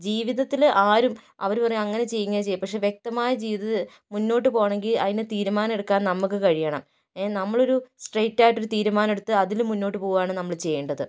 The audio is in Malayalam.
ജീവിതത്തില് ആരും അവര് പറയും അങ്ങനെ ചെയ്യ് ഇങ്ങനെ ചെയ്യ് പക്ഷെ വ്യക്തമായ ജീവിത മുന്നോട്ട് പോകണമെങ്കിൽ അതിന് തീരുമാനെമെടുക്കാൻ നമുക്ക് കഴിയണം എ നമ്മളൊരു സ്ട്രൈറ്റ് ആയിട്ടൊരു തീരുമാനെടുത്ത് അതില് മുന്നോട്ട് പോകുവാണ് നമ്മള് ചെയ്യേണ്ടത്